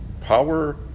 Power